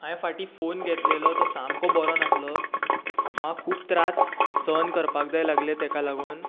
हांवेन फाटीं फोन घेतलेलो तो सामको बरो नासलो म्हाका खूब त्रास सहन करपाक जाय लागले तेका लागून